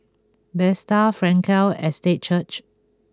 Bethesda Frankel Estate Church